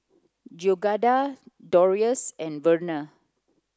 Georganna Darrius and Verna